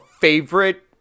favorite